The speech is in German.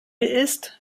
ist